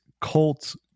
Colts